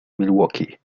milwaukee